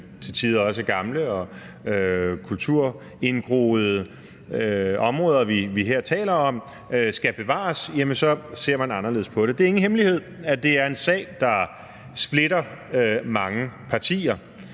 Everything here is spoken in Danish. til tider også gamle og kulturindgroede områder, vi her taler om, skal bevares, så ser man anderledes på det. Det er ingen hemmelighed, at det er en sag, der splitter mange partier